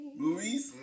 movies